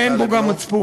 ואין בו גם מצפון.